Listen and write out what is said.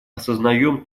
осознаем